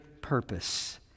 purpose